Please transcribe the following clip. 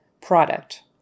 product